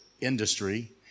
industry